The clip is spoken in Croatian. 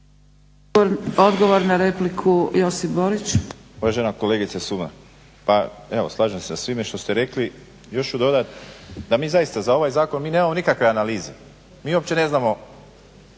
Odgovor na repliku, Josip Borić.